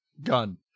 gun